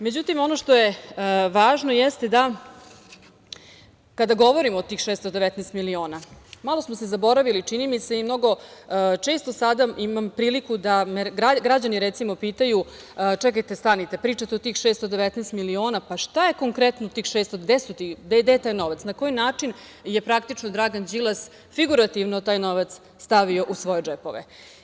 Međutim, ono što je važno jeste da kada govorimo o tih 619 miliona malo smo se zaboravili, čini mi se, i mnogo često sada imam priliku da me građani pitaju - čekajte, stanite, pričate o tih 619 miliona, pa šta je konkretno tih 619 miliona, gde je taj novac, na koji način je praktično Dragan Đilas figurativno taj novac stavio u svoje džepove?